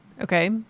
okay